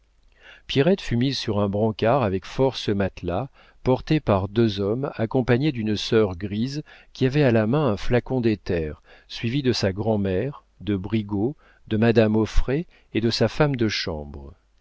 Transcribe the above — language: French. pierrette fut mise sur un brancard avec force matelas portée par deux hommes accompagnée d'une sœur grise qui avait à la main un flacon d'éther suivie de sa grand'mère de brigaut de madame auffray et de sa femme de chambre